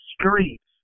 streets